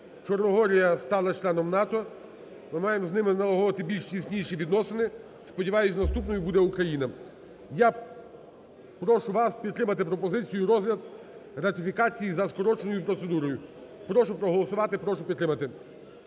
Чорногорія стала членом НАТО. Ми маємо з ними налагодити більш тісніші відносини. Сподіваюсь, наступною буде Україна. Я прошу вас підтримати пропозицію і розгляд ратифікації за скороченою процедурою. Прошу проголосувати, прошу підтримати